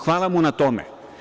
Hvala mu na tome.